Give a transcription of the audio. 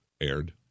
aired